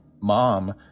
mom